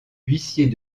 huissier